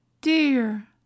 dear